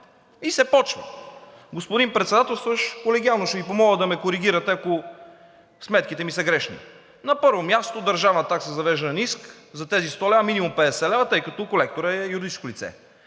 и се почва. Господин Председателстващ, колегиално ще Ви помоля да ме коригирате, ако сметките ми са грешни. На първо място, държавна такса за завеждане на иск за тези 100 лв. – минимум 50 лв., тъй като колекторът е юридическо лице.